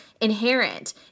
inherent